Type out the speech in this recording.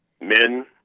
men